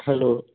hello